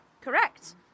Correct